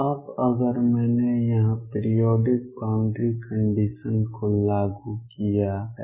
अब अगर मैंने यहां पीरिऑडिक बाउंड्री कंडीशंस को लागू किया है